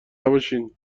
نباشین